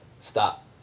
stop